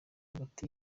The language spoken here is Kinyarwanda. hagati